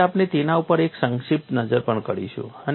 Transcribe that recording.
તેથી આપણે તેના ઉપર એક સંક્ષિપ્ત નજર પણ કરીશું